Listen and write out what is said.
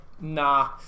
nah